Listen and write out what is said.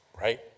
right